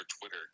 Twitter